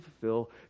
fulfill